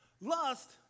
Lust